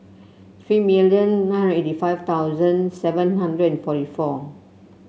three million nine hundred and eighty five thousand seven hundred and forty four